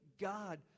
God